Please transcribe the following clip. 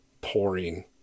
pouring